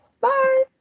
Bye